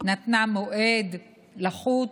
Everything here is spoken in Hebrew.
נתנה מועד לחוץ,